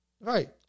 Right